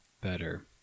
better